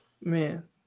man